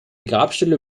grabstelle